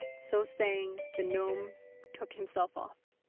so saying the gnome took himself off.